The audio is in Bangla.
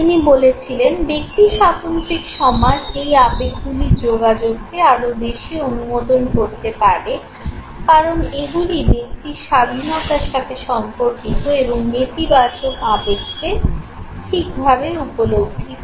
তিনি বলেছিলেন ব্যক্তিস্বাতন্ত্রিক সমাজ এই আবেগগুলির যোগাযোগকে আরো বেশি অনুমোদন করতে পারে কারণ এগুলি ব্যক্তির স্বাধীনতার সাথে সম্পর্কিত এবং নেতিবাচক আবেগকে ঠিকভাবে উপলব্ধি করে